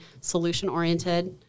solution-oriented